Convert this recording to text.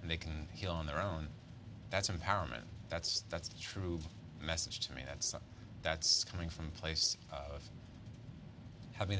and they can heal on their own that's empowerment that's that's the true message to me that something that's coming from place of having